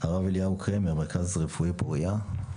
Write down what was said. הרב אליהו קרמר, מרכז רפואי פורייה.